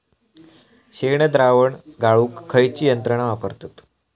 शेणद्रावण गाळूक खयची यंत्रणा वापरतत?